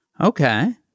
Okay